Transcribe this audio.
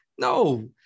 no